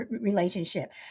relationship